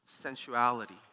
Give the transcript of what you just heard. Sensuality